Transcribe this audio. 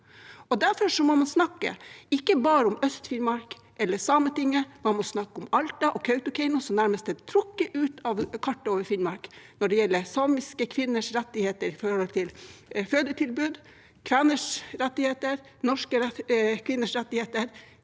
Derfor må man snakke ikke bare om Øst-Finnmark eller Sametinget – man må snakke om Alta og Kautokeino, som nærmest er trukket ut av kartet over Finnmark når det gjelder samiske kvinners rettigheter til fødetilbud, kveners rettigheter og norske kvinners rettigheter.